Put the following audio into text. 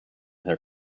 their